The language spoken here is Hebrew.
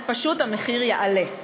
אז פשוט המחיר יעלה.